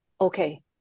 okay